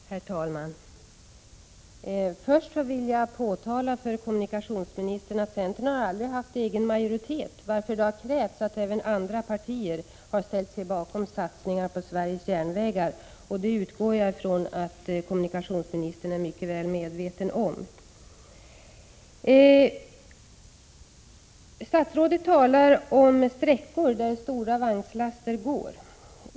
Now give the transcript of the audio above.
Herr talman! Först vill jag påpeka för kommunikationsministern att centern aldrig har haft egen majoritet, varför det har krävts att även andra partier har ställt sig bakom satsningar på Sveriges järnvägar. Detta utgår jag från att kommunikationsministern är mycket väl medveten om. Statsrådet talar om sträckor där stora vagnslaster går.